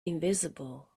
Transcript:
invisible